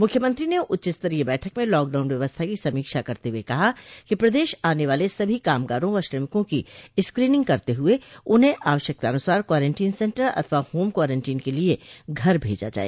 मुख्यमंत्री ने उच्च स्तरीय बैठक में लॉकडाउन व्यवस्था की समीक्षा करते हुए कहा कि प्रदेश आने वाले सभी कामगारों व श्रमिकों की स्क्रीनिंग करते हुए उन्हें आवश्यकतानुसार क्वारंटीन सेन्टर अथवा होम क्वारंटीन के लिए घर भेजा जाए